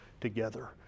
together